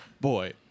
Boy